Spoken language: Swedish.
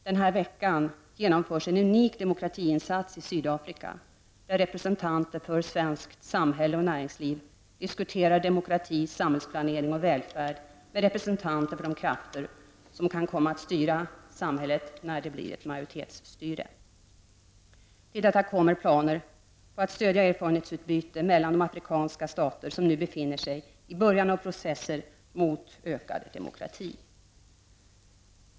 Denna vecka genomförs en unik demokratiinsats i Sydafrika, där representanter för svenskt samhälle och näringsliv diskuterar demokrati, samhällsplanering och välfärd med representanter för de krafter som kan komma att styra samhället när det blir majoritetsstyre. Till detta kommer planer på att stödja erfarenhetsutbyte mellan de afrikanska stater som nu befinner sig i början av processer mot ökad demokrati.